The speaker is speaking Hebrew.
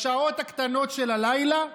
לשעות הקטנות של הלילה.